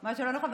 מה שלא נכון.